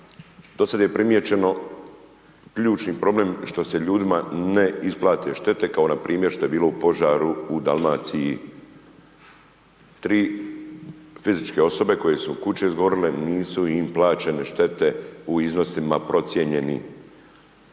do sada je primijećeno ključni problem što se ljudima ne isplate štete kao npr. što je bilo u požaru u Dalmaciji. 3 fizičke osobe kojima su kuće izgorile nisu im plaćene štete u iznosima procjenjeni.